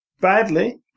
badly